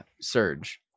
surge